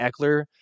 Eckler